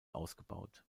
ausgebaut